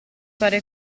fare